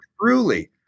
truly